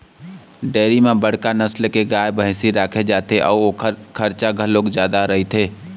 dairy म बड़का नसल के गाय, भइसी राखे जाथे अउ ओखर खरचा घलोक जादा रहिथे